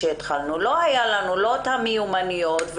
לא היו לנו המיומנויות,